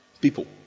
People